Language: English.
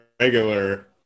regular